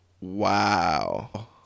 Wow